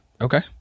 Okay